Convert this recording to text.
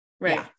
right